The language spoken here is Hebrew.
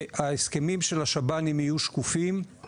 שההסכמים של השב"נים יהיו שקופים,